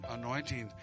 anointing